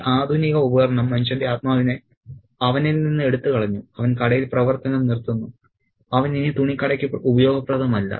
ഈ ആധുനിക ഉപകരണം മനുഷ്യന്റെ ആത്മാവിനെ അവനിൽ നിന്ന് എടുത്തുകളഞ്ഞു അവൻ കടയിൽ പ്രവർത്തനം നിർത്തുന്നു അവൻ ഇനി തുണിക്കടയ്ക്ക് ഉപയോഗപ്രദമല്ല